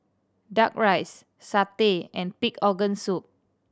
Duck Rice satay and pig organ soup